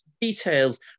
details